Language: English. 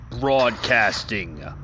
Broadcasting